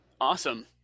Awesome